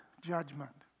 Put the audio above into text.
judgment